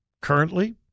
currently